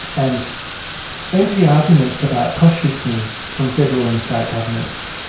and empty arguments about cost shifting from federal and state governments,